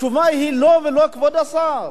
התשובה היא לא ולא, כבוד השר.